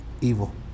Evil